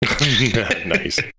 Nice